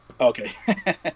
Okay